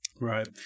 Right